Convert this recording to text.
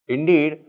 Indeed